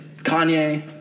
Kanye